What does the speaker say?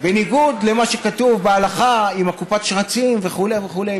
בניגוד למה שכתוב בהלכה עם קופת השרצים וכו' וכו'.